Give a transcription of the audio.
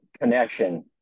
connection